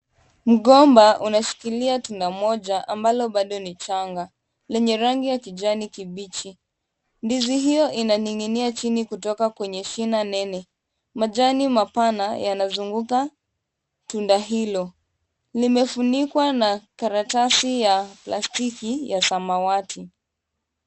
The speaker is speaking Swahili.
Mgomba unashikilia tunda moja ambalo bado ni changa, lenye rangi ya kijani kibichi. Ndizi hiyo inaning'inia chini kutoka kwenye zina nene. Majani mapana yanazunguka tunda hili. Limefunikwa na kalatasi ya plastiki ya samawati.